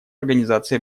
организации